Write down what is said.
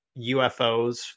UFOs